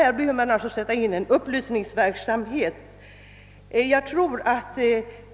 Vi behöver alltså sätta in en upplysningsverksamhet.